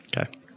Okay